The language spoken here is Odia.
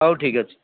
ହଉ ଠିକ୍ ଅଛି